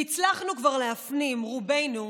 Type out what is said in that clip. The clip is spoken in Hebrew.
והצלחנו כבר להפנים, רובנו,